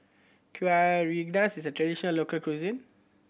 Kuih Rengas is a traditional local cuisine